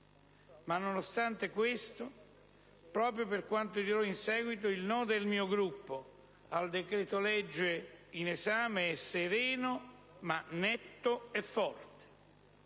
Nonostante questo, proprio per quanto dirò in seguito, il no del mio Gruppo al decreto-legge in esame è sereno, ma netto e forte.